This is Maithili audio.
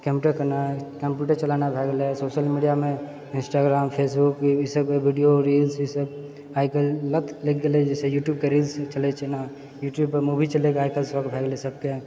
कम्प्यूटर केनाइ कम्प्यूटर चलाना भए गेलै सोशल मीडियामे इन्स्टाग्राम फेसबुक ईसब वीडियो रील ईसब आइ काल्हि लत लागि गेले जैसे युट्यूबके रिल्स चलैछे नऽयुट्यूब पर मूवी चलबैके शौक भयऽ गेले सबके